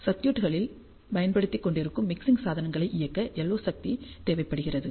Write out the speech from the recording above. சர்க்யூட்களில் பயன்படுத்திக் கொண்டிருக்கும் மிக்சிங் சாதனங்களை இயக்க LO சக்தி தேவைப்படுகிறது